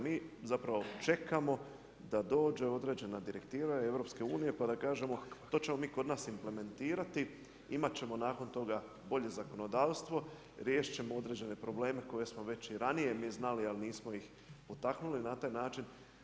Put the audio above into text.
Mi zapravo čekamo da dođe određena direktiva EU-a pa da kažemo to ćemo mi kod nas implementirati, imat ćemo nakon toga bolje zakonodavstvo, riješit ćemo određene probleme koje smo već i ranije mi znali ali nismo ih potaknuli na taj način.